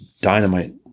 dynamite